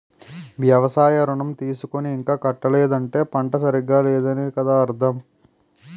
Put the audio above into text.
వ్యవసాయ ఋణం తీసుకుని ఇంకా కట్టలేదంటే పంట సరిగా లేదనే కదా అర్థం